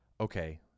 okay